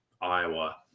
Iowa